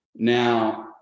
Now